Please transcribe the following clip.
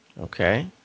Okay